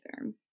term